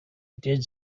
did